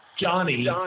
Johnny